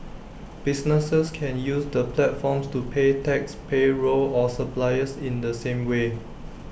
businesses can use the platforms to pay taxes payroll or suppliers in the same way